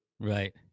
Right